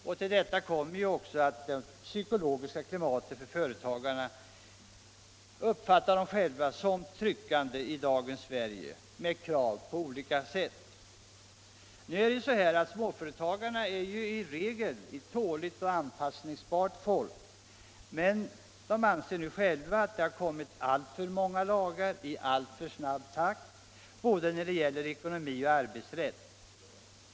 Därtill kommer att det psykologiska klimatet för företagarna är tryckande i dagens Sverige med krav från olika håll. Småföretagare är i regel ett tåligt och anpassningsbart folk. Men nu anser de att det har kommit alltför många lagar i alltför snabb takt som gäller både ekonomi och arbetsrätt.